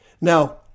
Now